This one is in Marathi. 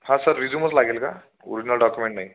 हां सर रिझ्यूमच लागेल का ओरिजिनल डॉक्युमेंट नाही